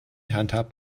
handhabt